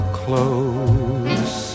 close